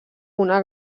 una